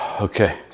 Okay